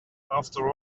after